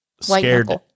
scared